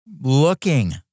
looking